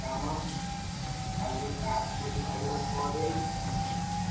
ରାମ କାଲି ପାର୍କ ବୁଲି ସାରିବା ପରେ